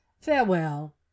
Farewell